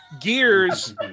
gears